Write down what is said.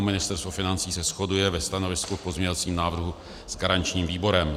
Ministerstvo financí se shoduje ve stanovisku k pozměňovacím návrhům s garančním výborem.